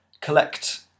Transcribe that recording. collect